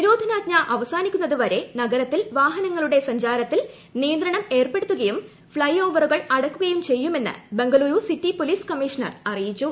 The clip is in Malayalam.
പ്രനാജ്ഞ അവസാനിക്കുന്നതുവരെ നഗ്രത്തിൽ വാഹനങ്ങളുടെ സഞ്ചാരത്തിൽ നിയന്ത്രണിട്ട് ഏർപ്പെടുത്തുകയും ഫ്ളൈ ഓവറുകൾ അടയ്ക്കുകയും ചെയ്യുമെന്ന് ബംഗളൂരു സിറ്റി പോലീസ് കമ്മീഷണ്ർ അ്റിയിച്ചു